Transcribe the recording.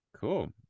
cool